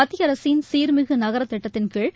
மத்திய அரசின் சீாமிகு நகரத் திட்டத்தின் கீழ்